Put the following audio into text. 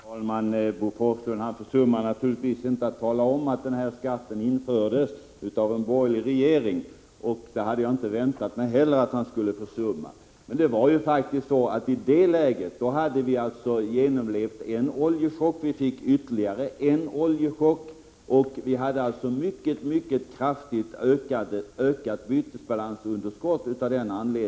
Herr talman! Bo Forslund försummade naturligtvis inte att tala om att den här skatten infördes av en borgerlig regering, och det hade jag inte heller väntat mig att han skulle göra. Men i det läget hade vi faktiskt genomlevt en oljechock, och vi fick ytterligare en oljechock. Vi hade av den anledningen ett mycket kraftigt ökat bytesbalansunderskott.